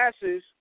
passes